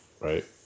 right